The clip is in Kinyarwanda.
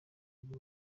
mujyi